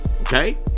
okay